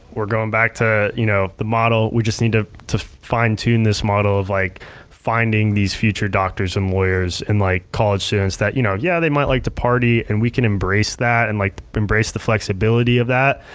we're going back to you know the model, we just need to to fine tune this model of like finding these future doctors and lawyers and like college students that, you know yeah, they might like to party, and we can embrace that and like embrace the flexibility of that,